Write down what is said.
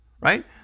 right